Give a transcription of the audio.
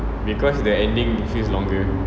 because the ending feels longer